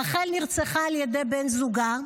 רחל נרצחה על ידי בן זוגה.